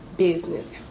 business